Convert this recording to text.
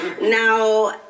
Now